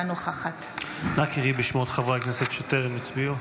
אינה נוכחת אנא קראי בשמות חברי הכנסת שטרם הצביעו.